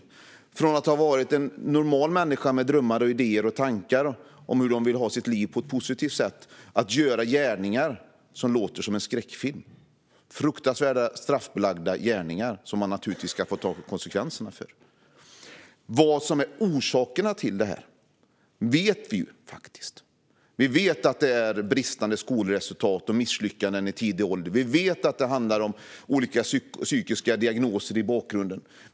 Man orkar inte fundera på hur det kan komma sig att normala människor som på ett positivt sätt haft drömmar, idéer och tankar om hur de vill ha sina liv kan bli människor som gör gärningar som skulle kunna vara med i en skräckfilm. Det är fruktansvärda, straffbelagda gärningar som de naturligtvis ska ta konsekvenserna av. Vi vet faktiskt vilka orsakerna till detta är. Vi vet att det är bristande skolresultat och misslyckanden i tidig ålder. Vi vet att det handlar om olika psykiska diagnoser.